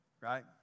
Right